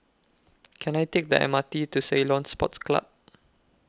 Can I Take The M R T to Ceylon Sports Club